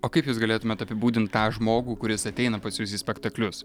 o kaip jūs galėtumėt apibūdint tą žmogų kuris ateina pas jus į spektaklius